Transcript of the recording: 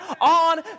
on